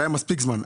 והיה מספיק זמן,